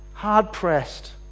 hard-pressed